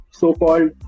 so-called